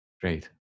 Great